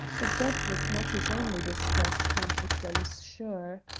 but that was not his only distress, count victor was sure.